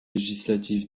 législatif